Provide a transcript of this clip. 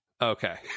Okay